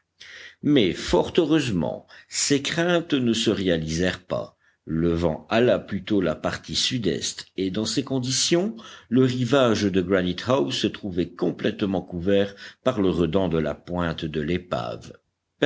mais fort heureusement ces craintes ne se réalisèrent pas le vent hala plutôt la partie sud-est et dans ces conditions le rivage de granite house se trouvait complètement couvert par le redan de la pointe de l'épave